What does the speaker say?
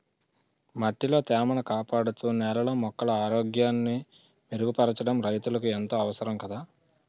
మట్టిలో తేమను కాపాడుతూ, నేలలో మొక్కల ఆరోగ్యాన్ని మెరుగుపరచడం రైతులకు ఎంతో అవసరం కదా